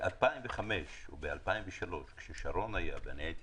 ב-2005 וב-2003 כששרון היה ראש ממשלה והייתי